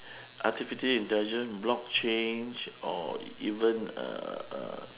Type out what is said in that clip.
artificial intelligence blockchain or even uh uh